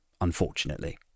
unfortunately